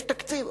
יש תקציב?